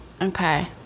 okay